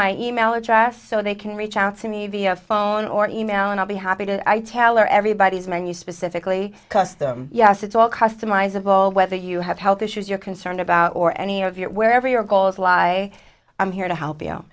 my e mail address so they can reach out to me via phone or e mail and i'll be happy to tell or everybody's menu specifically custom yes it's all customizable whether you have health issues you're concerned about or any of your wherever your goals why i'm here to help you